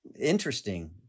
interesting